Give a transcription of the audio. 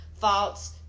false